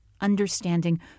understanding